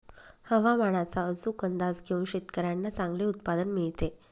हवामानाचा अचूक अंदाज घेऊन शेतकाऱ्यांना चांगले उत्पादन मिळते